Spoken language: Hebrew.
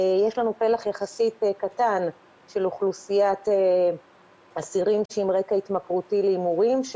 יש לנו פלח יחסית קטן של אוכלוסיית אסירים עם רקע התמכרותי להימורים.